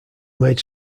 made